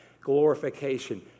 glorification